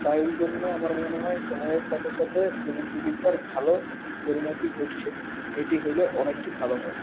তাই জন্য আমার মনে হয় সময়ের সাথে সাথে প্রযুক্তিবিদ্যার ভালো পরিণতি ঘটছে এটি হলে অনেকটা ভালো হয়